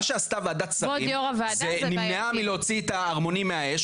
מה שעשתה ועדת שרים זה נמנעה מלהוציא את הערמונים מהאש,